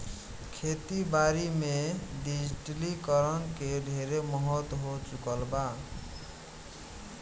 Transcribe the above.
खेती बारी में डिजिटलीकरण के ढेरे महत्व हो चुकल बा